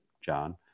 john